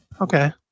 okay